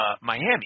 Miami